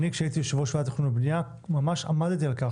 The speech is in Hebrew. כשהייתי ראש ועדת התכנון והבנייה ממש עמדתי על כך